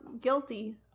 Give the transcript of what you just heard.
Guilty